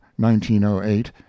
1908